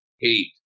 hate